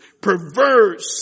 perverse